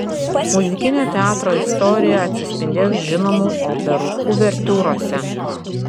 muzikinio teatro istorija atsispindės žinomų operų uvertiūrose